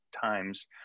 times